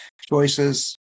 choices